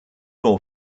more